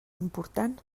important